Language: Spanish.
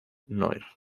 noir